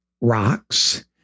rocks